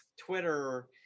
Twitter